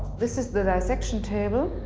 this is the dissection table.